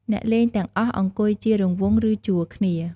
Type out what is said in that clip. អ្នកលេងទាំងអស់អង្គុយជារង្វង់ ឬជួរគ្នា។